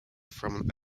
from